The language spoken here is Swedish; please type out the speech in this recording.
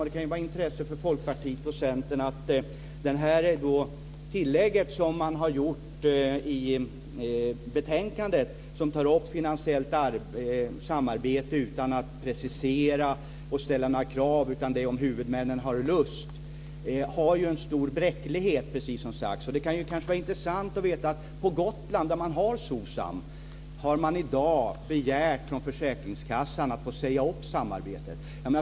Det kan vara av intresse för Folkpartiet och Centern att det tillägg som man har gjort i betänkandet och som tar upp finansiellt samarbete utan att precisera och ställa några krav, utan det är om huvudmännen har lust, har en stor bräcklighet, precis som sagts. Det kan vara intressant att veta att på Gotland, där man har SOSAM, har man i dag begärt från försäkringskassan att få säga upp samarbetet.